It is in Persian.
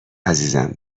عزیزم